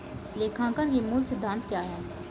लेखांकन के मूल सिद्धांत क्या हैं?